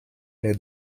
les